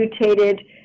mutated